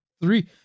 Three